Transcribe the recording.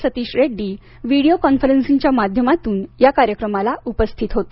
Satish Reddy video कॉन्फरन्सिंगच्या माध्यमातून या कार्यक्रमाला उपस्थित होते